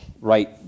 right